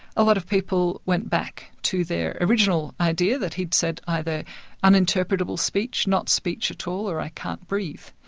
a lot of people went back to their original idea that he'd said either uninterpretable speech, not speech at all or i can't breathe.